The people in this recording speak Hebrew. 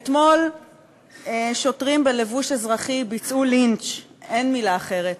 אתמול שוטרים בלבוש אזרחי ביצעו לינץ' אין מילה אחרת